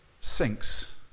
sinks